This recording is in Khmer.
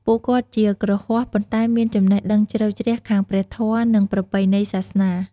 ពួកគាត់ជា គ្រហស្ថ ប៉ុន្តែមាន ចំណេះដឹងជ្រៅជ្រះខាងព្រះធម៌ និងប្រពៃណីសាសនា។